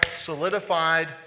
solidified